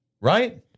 right